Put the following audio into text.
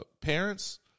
parents